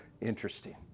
interesting